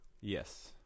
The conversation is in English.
Yes